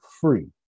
free